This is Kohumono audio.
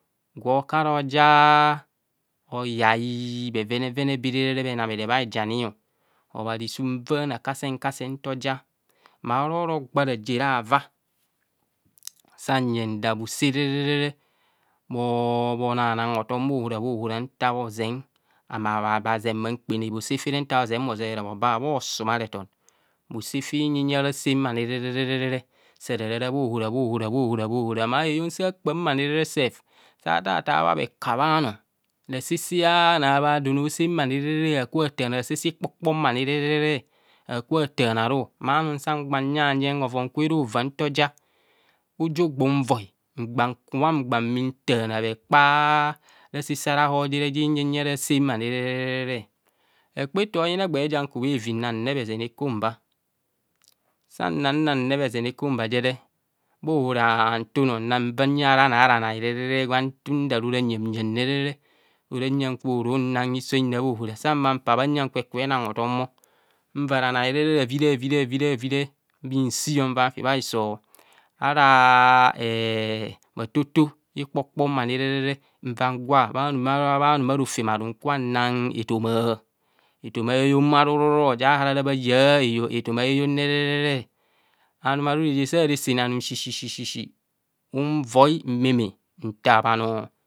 Gwo kuarojaa ayai bhevonevene bare bhenabhere bhaijame o, obhazi su vanaa kasen kasen nto ja, maa ororo gba raje ravan, sa nyeng that bhosaa re, re, re, bho nanang hotom bhaohava, bhaohara nta bhezeng bhang kpone nta bhosaa fe re bhozeng bhozoree bhoba bho sumarethan, bhosaa fa nyinyi ara sạạ mani re, re, re saa ra ra, ra bhaohora, bhaohora. bhaohora. Maa heyong sa kpam sef, sa taata bhae kabhe anọọ, ra saa, saa anọọ a don a sạạ ma ni re, re, re, ha kubho bha taana, ra saa, saa ikpo kpo ma ni re, re ire, re ha kubho bha taana aru, maa anum sa mgba nyanyeng hovon kwe re hovaa nto ja uju gbu nvoi ngba kubho ngba bhi taana bhekpa rasaa ara họr ja nyinyi a ra saa mani re re re oyina egbee ja nkubhạvi na nep ezen ekomba, san nan nan nep ezen ekomba je re bhaohora han tun o, nang van huyeng erananomae re re re gwang tun that ora nyam nyam re re re ore huyong gwu ru nang hiso hunra bhaohara, sang humo mpaa bha huyeng kwe kubho enang hotom bho, nva ranai re ravi, ravi ravi re bhisi nfi bhaiso ara bhato to ikpokpo mani re re re nva ngwa, bhanuma rotem aru nku bhanang etoma, etoma aeyo ru ru ru, ja ahara bhaya etoma ayo anumaru reje sa resene hunvai nta bhanọọ